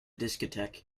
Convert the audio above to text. discotheque